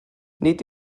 nid